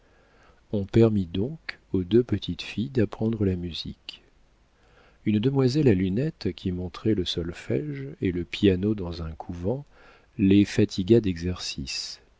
on permit donc aux deux petites filles d'apprendre la musique une demoiselle à lunettes qui montrait le solfége et le piano dans un couvent voisin les fatigua d'exercices